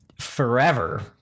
forever